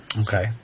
Okay